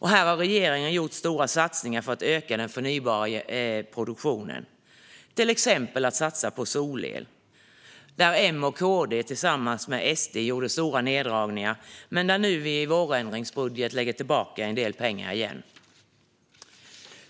Här har regeringen gjort stora satsningar för att öka den förnybara produktionen, till exempel av solel. Där gjorde M och KD tillsammans med SD stora neddragningar, men i vårändringsbudgeten lägger vi tillbaka en del pengar. Fru talman!